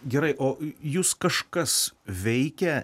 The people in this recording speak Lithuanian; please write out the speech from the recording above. gerai o jus kažkas veikia